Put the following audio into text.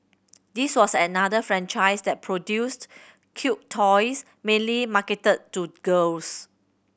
this was another franchise that produced cute toys mainly marketed to girls